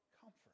comfort